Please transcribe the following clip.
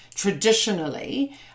Traditionally